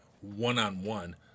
one-on-one